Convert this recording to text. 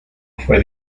fue